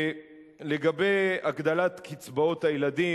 לגבי הגדלת קצבאות הילדים,